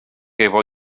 efo